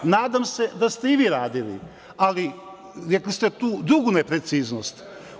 Nadam se da ste i vi radili, ali, rekli ste tu drugu nepreciznost.